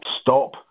stop